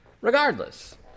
Regardless